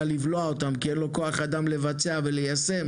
לבלוע אותם כי אין לו כוח אדם לבצע וליישם